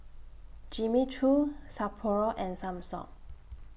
Jimmy Choo Sapporo and Samsung